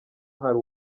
hari